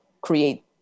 create